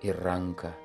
ir ranką